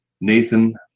Nathan